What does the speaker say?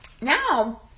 Now